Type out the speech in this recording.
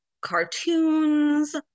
cartoons